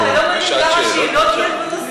אתה יודע כמה שאלות יש לנו?